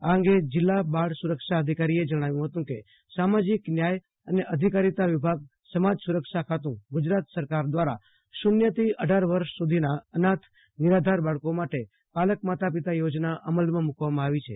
આ અગે જિલ્લા બાળ સુરક્ષા અધિકારીએ જણાવ્યું હતું કે સામાજિક ન્યાય અને અધિકારીતા વિ ભાગ સમાજ સુરક્ષા ખાતું ગજરાત સરકાર દવારા શુન્યથો અઢાર વર્ષ સુધીના અનાથ નિરાધાર બાળ કો માટે પાલક માતા પિતા યોજના અમલમાં મૂકવામાં આવી છે